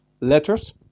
letters